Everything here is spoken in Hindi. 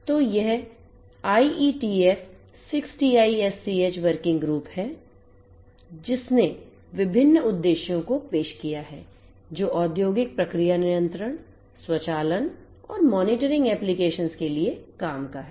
तो यह IETF 6TiSCH वर्किंग ग्रुप है जिसने विभिन्न उद्देश्यों को पेश किया है जो औद्योगिक प्रक्रिया नियंत्रण स्वचालन और monitoring applications के लिए काम का है